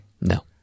No